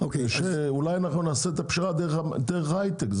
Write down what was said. אולי נעשה את הפשרה דרך ההיי-טק.